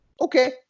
Okay